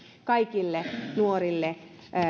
kaikille nuorille